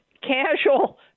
casual